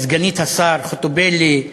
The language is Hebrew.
את סגנית השר חוטובלי,